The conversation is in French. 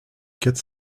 quatre